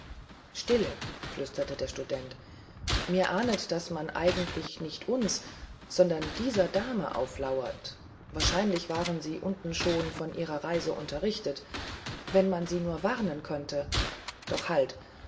stille flüsterte der student mir ahnet daß man eigentlich nicht uns sondern dieser dame auflauert wahrscheinlich waren sie unten schon von ihrer reise unterrichtet wenn man sie nur warnen könnte doch halt